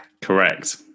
Correct